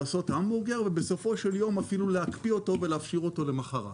לעשות המבורגר ובסופו של יום אפילו להקפיא אותו ולהפשיר אותו למחרת.